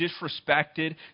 disrespected